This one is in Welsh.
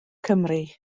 cymru